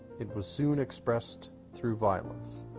it was soon expressed through violence.